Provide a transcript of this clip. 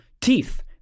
teeth